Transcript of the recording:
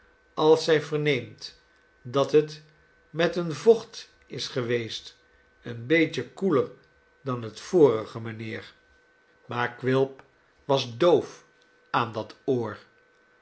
als zij yerneemt dat het met een vocht is geweest een beetje koeler dan het vorige mijnheer maar quilp was doof aan dat oor